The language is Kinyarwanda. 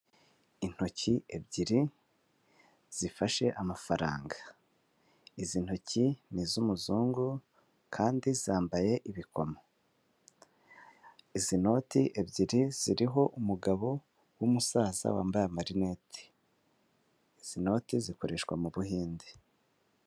Intoki ebyiri zifashe amafaranga, izi ntoki ni iz'umuzungu kandi zambaye ibikomo, izi noti ebyiri ziriho umugabo w'umusaza wambaye amarinete, izi note zikoreshwa mu Buhinde.